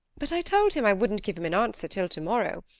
but i told him i wouldn't give him an answer till to-morrow.